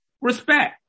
respect